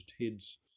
Heads